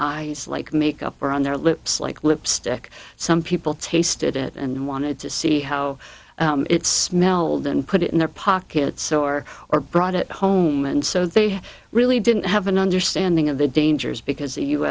eyes like makeup or on their lips like lipstick some people tasted it and wanted to see how it's meld and put it in their pockets or or brought it home and so they really didn't have an understanding of the dangers because the u